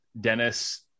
Dennis